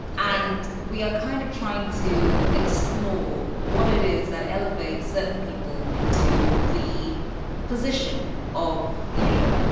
and we are kind of trying to explore what it is that elevates certain people into the position of, you know,